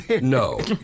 no